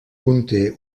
conté